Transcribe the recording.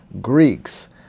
Greeks